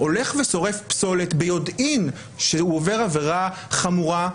הולך ושורף פסולת ביודעין שהוא עובר עבירה חמורה,